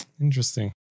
Interesting